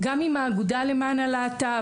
עם האגודה למען הלהט"ב,